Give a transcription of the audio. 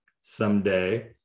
someday